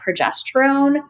progesterone